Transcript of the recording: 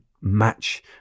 match